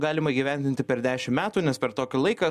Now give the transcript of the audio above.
galima įgyvendinti per dešim metų nes per tokį laiką